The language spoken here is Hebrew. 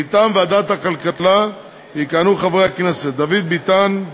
מטעם ועדת הכלכלה יכהנו חברי הכנסת דוד ביטן,